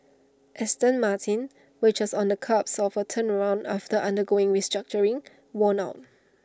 Aston Martin which was on the cusp of A turnaround after undergoing restructuring won out